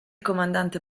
comandante